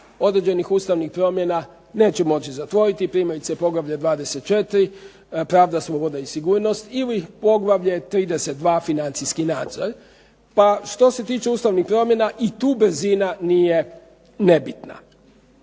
određenih ustavnih promjena neće moći zatvoriti. Primjerice Poglavlje 24. – Pravda, sloboda i sigurnost ili Poglavlje 32. – Financijski nadzor. Pa što se tiče ustavnih promjena i tu brzina nije nebitna.